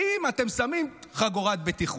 האם אתם שמים חגורת בטיחות?